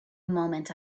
moment